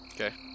Okay